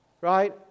right